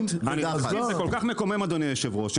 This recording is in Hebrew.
זה כל כך מקומם אדוני היושב ראש,